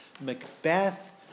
Macbeth